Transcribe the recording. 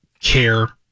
care